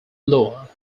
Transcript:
lower